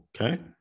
Okay